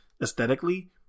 aesthetically